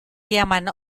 llaman